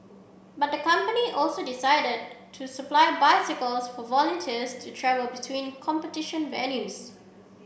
but the company also decided to supply bicycles for volunteers to travel between competition venues